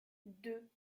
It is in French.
deux